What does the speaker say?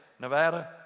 Nevada